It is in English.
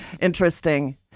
Interesting